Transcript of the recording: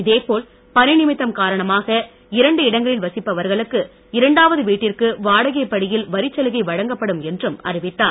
இதைபோல் பணி நிமித்தம் காரணமாக இரண்டு இடங்களில் வசிப்பவர்களுக்கு இரண்டாவது வீட்டிற்கு வாடகை படியில் வரிச் சலுகை வழங்கப்படும் என்று அறிவித்தார்